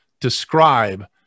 describe